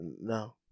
No